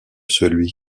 celui